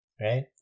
Right